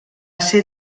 ser